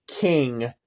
King